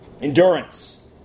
Endurance